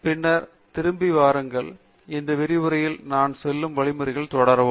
பின்னர் திரும்பி வாருங்கள் இந்த விரிவுரையில் நான் செல்லும் வழிமுறைகளுடன் தொடரவும்